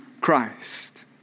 Christ